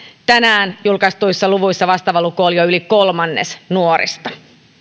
tänään julkaistuissa luvuissa vastaava luku oli jo yli kolmannes nuorista